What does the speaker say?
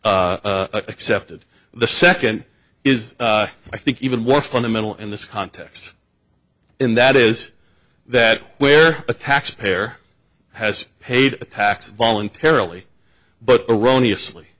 accepted the second is i think even more fundamental in this context in that is that where a taxpayer has paid taxes voluntarily but erroneous lee